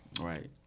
right